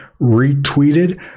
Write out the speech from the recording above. retweeted